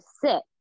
sit